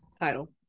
Title